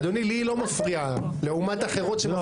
אדוני, לי היא לא מפריעה, לעומת אחרות שמפריעות.